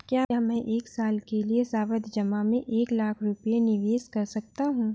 क्या मैं एक साल के लिए सावधि जमा में एक लाख रुपये निवेश कर सकता हूँ?